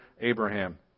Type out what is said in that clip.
Abraham